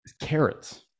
carrots